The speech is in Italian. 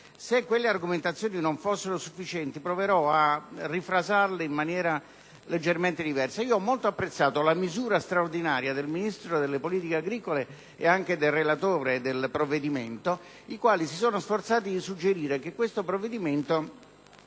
Se quelle argomentazioni non fossero sufficienti, proverò a "rifrasarle" in maniera leggermente diversa. Ho molto apprezzato la misura straordinaria del Ministro delle politiche agricole e anche del relatore del provvedimento, i quali si sono sforzati di suggerire che questo provvedimento